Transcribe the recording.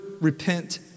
repent